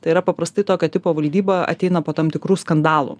tai yra paprastai tokio tipo valdyba ateina po tam tikrų skandalų